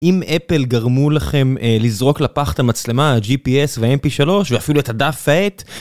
אם אפל גרמו לכם לזרוק לפח את המצלמה, ה-GPS וה-MP3, ואפילו את הדף ועט...